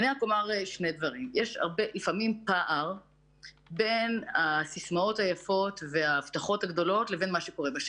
יש לפעמים פעם בין הסיסמאות היפות וההבטחות הגדולות לבין מה שקורה בשטח.